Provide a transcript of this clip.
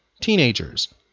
teenagers